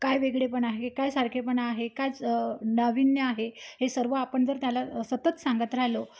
काय वेगळे पण आहे काय सारखेपणा आहे कायच नाविन्य आहे हे सर्व आपण जर त्याला सतत सांगत राहिलो